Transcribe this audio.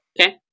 Okay